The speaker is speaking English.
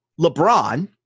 LeBron